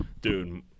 dude